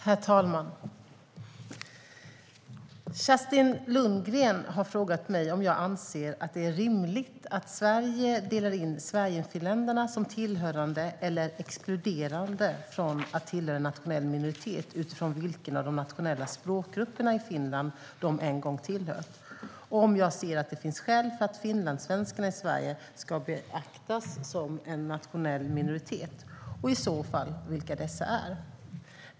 Herr talman! Kerstin Lundgren har frågat mig om jag anser att det är rimligt att Sverige delar in sverigefinländarna som tillhörande eller exkluderade från att tillhöra en nationell minoritet utifrån vilken av de nationella språkgrupperna i Finland de en gång tillhört och om jag ser att det finns skäl för att finlandssvenskarna i Sverige ska betraktas som en nationell minoritet och i så fall vilka dessa är.